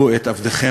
תכפיל.